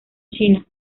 china